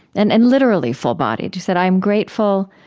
and and literally, full-bodied. you said, i am grateful,